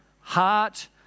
Heart